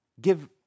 give